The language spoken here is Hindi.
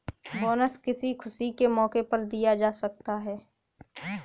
बोनस किसी खुशी के मौके पर दिया जा सकता है